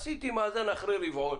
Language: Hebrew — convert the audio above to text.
עשיתי מאזן אחרי רבעון